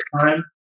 time